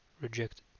reject